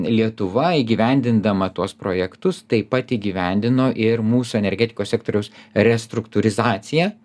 lietuva įgyvendindama tuos projektus taip pat įgyvendino ir mūsų energetikos sektoriaus restruktūrizaciją